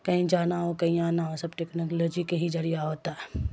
کہیں جانا ہو کہیں آنا ہو سب ٹکنالوجی کے ہی ذریعہ ہوتا ہے